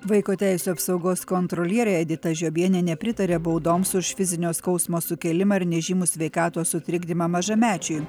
vaiko teisių apsaugos kontrolierė edita žiobienė nepritaria baudoms už fizinio skausmo sukėlimą ir nežymų sveikatos sutrikdymą mažamečiui